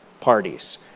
parties